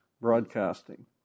broadcasting